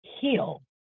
heal